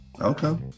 Okay